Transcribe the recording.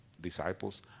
Disciples